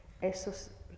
eso